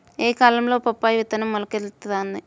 ఏ కాలంలో బొప్పాయి విత్తనం మొలకెత్తును?